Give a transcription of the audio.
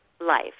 life